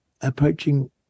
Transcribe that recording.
approaching